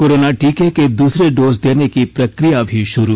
corona टीके के दूसरे डोज देने की प्रक्रिया भी शुरू